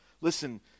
Listen